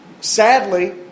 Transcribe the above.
Sadly